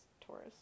Taurus